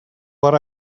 what